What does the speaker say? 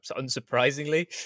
unsurprisingly